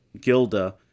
Gilda